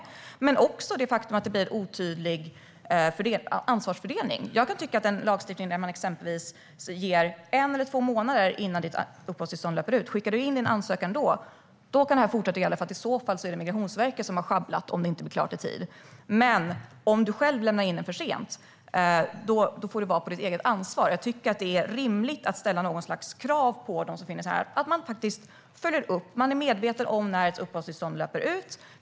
Vi har också det faktum att det blir en otydlig ansvarsfördelning. Jag kan tycka att det vore rimligt med en lagstiftning där man exempelvis ger en eller två månader innan uppehållstillståndet löper ut - skickar du in din ansökan då så kan detta fortsätta gälla, för i så fall är det Migrationsverket som har sjabblat om det inte blir klart i tid. Men om du själv lämnar in den för sent får det vara på ditt eget ansvar. Jag tycker att det är rimligt att ställa något slags krav på dem som befinner sig här att faktiskt följa upp och vara medvetna om när deras uppehållstillstånd löper ut.